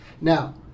Now